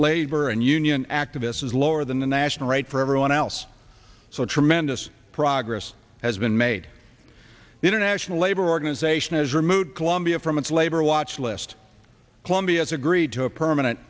labor and union activists is lower than the national rate for everyone else so tremendous progress has been made the international labor organization has removed colombia from its labor watch list colombia has agreed to a permanent